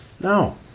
No